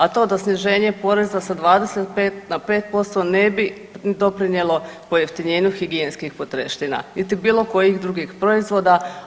A to da sniženje poreza sa 25% na 5% ne bi doprinijelo pojeftinjenu higijenskih potrepština, niti bilo kojih drugih proizvoda.